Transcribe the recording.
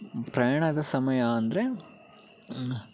ಪ್ರಯಾಣದ ಸಮಯ ಅಂದರೆ